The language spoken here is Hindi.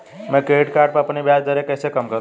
मैं क्रेडिट कार्ड पर अपनी ब्याज दरें कैसे कम करूँ?